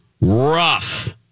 Rough